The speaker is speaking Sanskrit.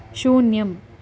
शून्यम्